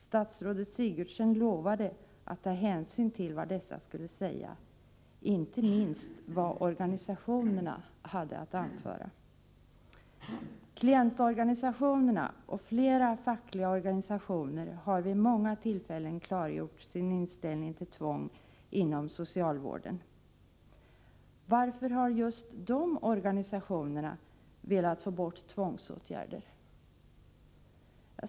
Statsrådet Sigurdsen lovade att ta hänsyn till vad dessa skulle säga — inte minst vad Klientorganisationerna och flera fackliga organisationer har vid många tillfällen klargjort sin inställning till tvång inom socialvården. Varför har just de organisationerna velat få bort tvångsåtgärder?